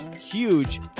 huge